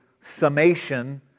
summation